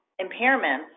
impairments